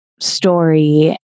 story